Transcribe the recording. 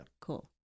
Cool